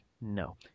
No